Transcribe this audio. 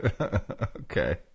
okay